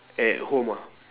at home ah